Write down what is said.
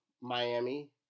Miami